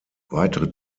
weitere